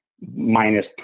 minus